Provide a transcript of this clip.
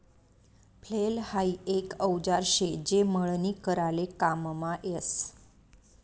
flail हाई एक औजार शे जे मळणी कराले काममा यस